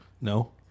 no